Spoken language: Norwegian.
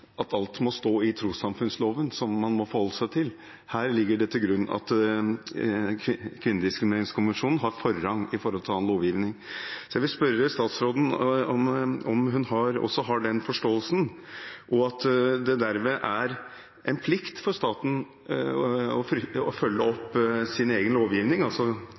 her ligger det til grunn at Kvinnediskrimineringskonvensjonen har forrang foran annen lovgivning. Jeg vil spørre statsråden om hun også har den forståelsen, og at det derved er en plikt for staten å følge opp sin egen lovgivning – altså